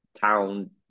town